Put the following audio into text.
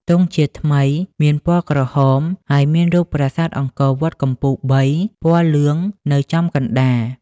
ទង់ជាតិថ្មីមានផ្ទៃពណ៌ក្រហមហើយមានរូបប្រាសាទអង្គរវត្តកំពូលបីពណ៌លឿងនៅចំកណ្តាល ។